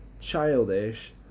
childish